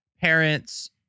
parents